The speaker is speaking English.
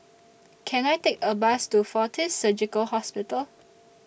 Can I Take A Bus to Fortis Surgical Hospital